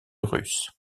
russes